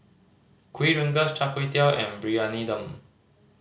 Kuih Rengas Char Kway Teow and Briyani Dum